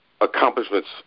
accomplishments